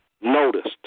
noticed